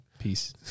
Peace